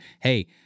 hey